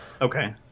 okay